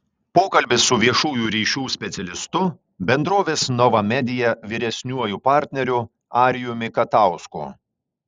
pokalbis su viešųjų ryšių specialistu bendrovės nova media vyresniuoju partneriu arijumi katausku